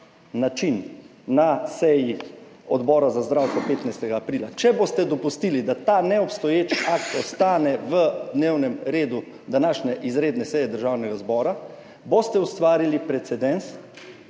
način na seji Odbora za zdravstvo 15. aprila, če boste dopustili, da ta neobstoječi akt ostane v dnevnem redu današnje izredne seje Državnega zbora, boste ustvarili precedens